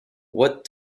what